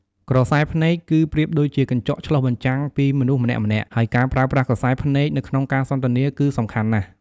ក្រសែភ្នែក គឺប្រៀបដូចជាកញ្ចក់ឆ្លុះបញ្ចាំងពីមនុស្សម្នាក់ៗ ហើយការប្រើប្រាស់ក្រសែភ្នែកនៅក្នុងការសន្ទនាគឺសំខាន់ណាស់។